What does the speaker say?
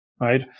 right